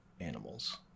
animals